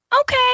Okay